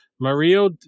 Mario